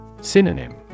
Synonym